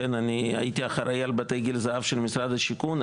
אני הייתי אחראי על בתי גיל זהב של משרד השיכון,